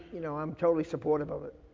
you know, i'm totally supportive of it.